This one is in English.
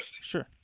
sure